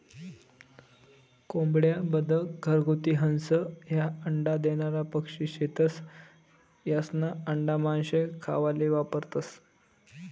कोंबड्या, बदक, घरगुती हंस, ह्या अंडा देनारा पक्शी शेतस, यास्ना आंडा मानशे खावाले वापरतंस